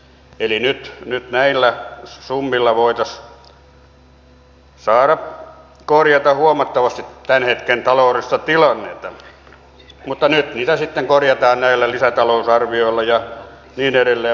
eli nyt näillä summilla voitaisiin saada korjattua huomattavasti tämän hetken taloudellista tilannetta mutta nyt niitä sitten korjataan näillä lisätalousarvioilla ja niin edelleen